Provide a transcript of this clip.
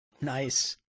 nice